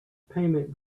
payment